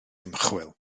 ymchwil